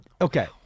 okay